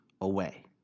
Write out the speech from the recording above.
away